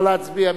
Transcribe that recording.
נא להצביע.